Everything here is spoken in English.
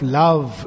love